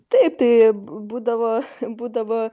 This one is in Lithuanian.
taip tai būdavo būdavo